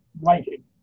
writing